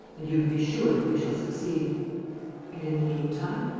and you can be sure that we shall succeed and, in the meantime.